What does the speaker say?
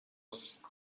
هست